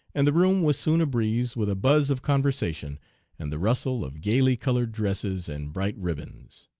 and the room was soon abreeze with a buzz of conversation and the rustle of gayly colored dresses and bright ribbons.